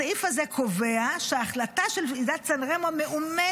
הסעיף הזה קובע שההחלטה של ועידת סן רמו מאומצת